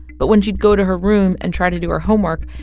but when she'd go to her room and try to do her homework,